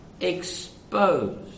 exposed